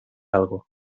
algo